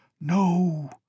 No